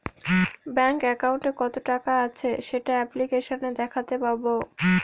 bank একাউন্টে কত টাকা আছে সেটা অ্যাপ্লিকেসনে দেখাতে পাবো